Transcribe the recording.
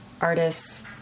artists